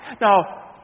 Now